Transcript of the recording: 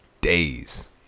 days